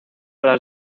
las